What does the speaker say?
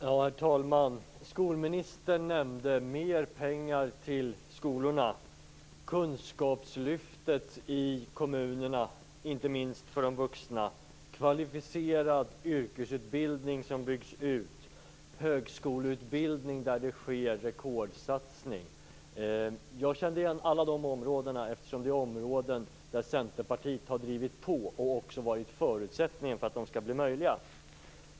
Herr talman! Skolministern talade om mer pengar till skolorna, kunskapslyftet i kommunerna inte minst för de vuxna, kvalificerad yrkesutbildning som byggs ut och högskoleutbildning där det sker rekordsatsningar. Jag kände igen alla de områdena eftersom det är områden där Centerpartiet har drivit på. Centerpartiet har också varit en förutsättning för att de skall bli möjliga.